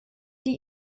die